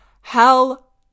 Hell